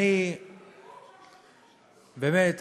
באמת,